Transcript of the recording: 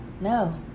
No